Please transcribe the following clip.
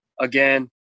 again